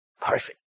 Perfect